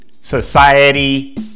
society